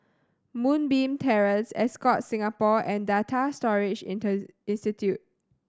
Moonbeam Terrace Ascott Singapore and Data Storage inter Institute